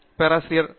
பேராசிரியர் அருண் கே